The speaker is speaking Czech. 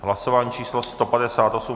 Hlasování číslo 158.